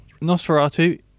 Nosferatu